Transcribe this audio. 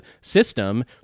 system